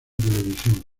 televisión